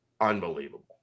unbelievable